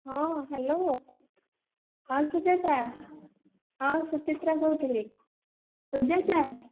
ହଁ ହ୍ୟାଲୋ ହଁ ସୁଜାତା ହଁ ସୁଚିତ୍ରା କହୁଥିଲି ସୁଜାତା